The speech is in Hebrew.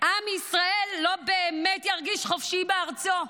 עם ישראל לא באמת ירגיש חופשי בארצו.